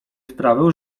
sprawę